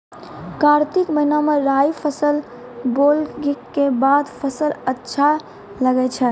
कार्तिक महीना मे राई फसल बोलऽ के बाद फसल अच्छा लगे छै